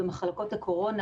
ומחלקות הקורונה,